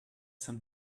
some